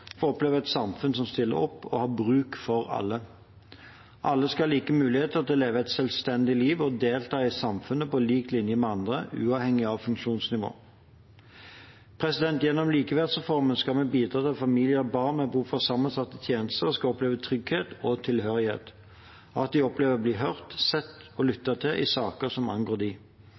for sammensatte tjenester får oppleve et samfunn som stiller opp og har bruk for alle. Alle skal ha like muligheter til å leve et selvstendig liv og delta i samfunnet på lik linje med andre, uavhengig av funksjonsnivå. Gjennom likeverdsreformen skal vi bidra til at familier og barn med behov for sammensatte tjenester skal oppleve trygghet og tilhørighet, og at de opplever å bli hørt, sett og lyttet til i saker som angår dem. Ikke minst skal de